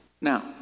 Now